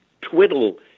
twiddle